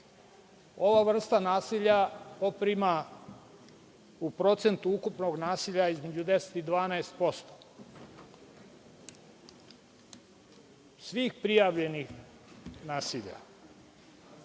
ova vrsta nasilja poprima u procentu ukupnog nasilja između 10 i 12% svih prijavljenih nasilja.